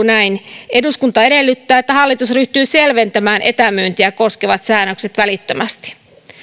näin eduskunta edellyttää että hallitus ryhtyy selventämään etämyyntiä koskevat säännökset välittömästi